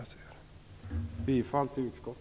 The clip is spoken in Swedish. Bifall till utskottet.